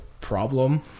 problem